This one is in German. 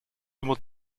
immer